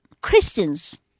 Christians